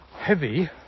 heavy